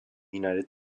united